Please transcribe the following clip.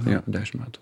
jo dešim metų